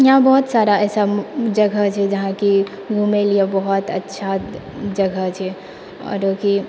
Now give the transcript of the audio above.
यहाँ बहुत सारा ऐसा जगह छै जहाँकि घुमैलए बहुत अच्छा जगह छै आओर कि